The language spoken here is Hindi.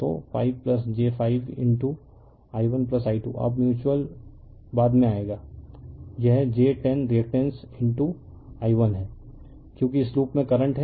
तो 5 j 5i1i2 अब म्यूच्यूअल बाद में आएगा यह j 10 रिअक्टेंस i1है क्योंकि इस लूप में करंट है